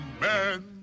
man